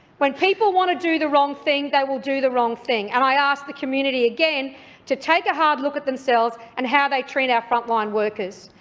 when people want to do the wrong thing, they will do the wrong thing, and i ask the community again to take a hard look at themselves and how they treat our frontline workers,